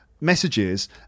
messages